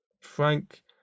frank